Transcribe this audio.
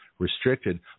restricted